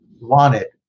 wanted